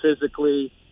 physically